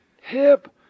hip